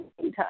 time